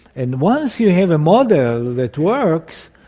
and once you have a model that works,